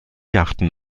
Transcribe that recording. yachten